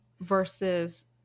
versus